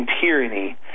tyranny